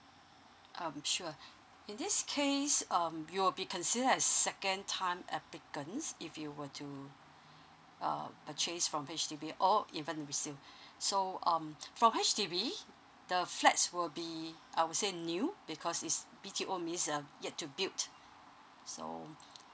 um sure in this case um you will be considered a second time applicants if you were to uh purchase from H_D_B or even resale so um for H_D_B the flats will be I would say new because is B_T_O means uh yet to build so